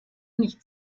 nicht